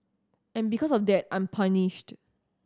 and because of that I'm punished